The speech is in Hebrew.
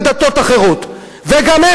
חברי וחברות הכנסת,